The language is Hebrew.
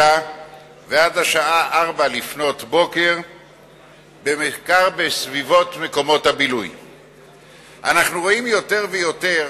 והשעה 04:00. אנחנו רואים יותר ויותר